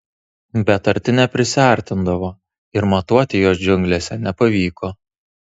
bet arti neprisiartindavo ir matuoti juos džiunglėse nepavyko